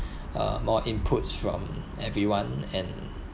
uh more inputs from everyone and